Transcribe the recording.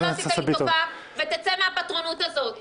אתה לא עשית לי טובה ותצא מהפטרונות הזאת -- פטרונות,